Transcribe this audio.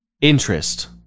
interest